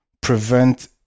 prevent